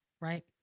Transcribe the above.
Right